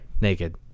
Naked